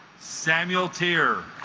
samuel tear